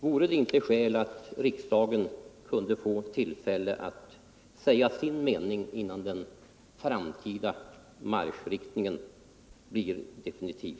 Vore det inte skäl att riksdagen fick tillfälle att säga sin mening innan den framtida marschriktningen blir definitiv?